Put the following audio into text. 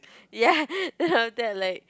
ya then after that like